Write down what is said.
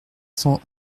cent